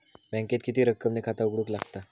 बँकेत किती रक्कम ने खाता उघडूक लागता?